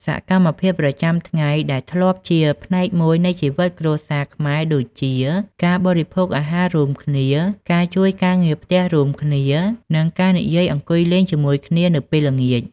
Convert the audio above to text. សកម្មភាពប្រចាំថ្ងៃដែលធ្លាប់ជាផ្នែកមួយនៃជីវិតគ្រួសារខ្មែរដូចជា ការបរិភោគអាហាររួមគ្នា ការជួយការងារផ្ទះរួមគ្នា និងការអង្គុយនិយាយលេងជាមួយគ្នានៅពេលល្ងាច។